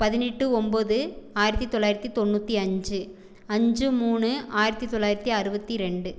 பதினெட்டு ஒன்போது ஆயிரத்தி தொள்ளாயிரத்தி தொண்ணூற்றி அஞ்சு அஞ்சு மூணு ஆயிரத்தி தொள்ளாயிரத்தி அறுபத்தி ரெண்டு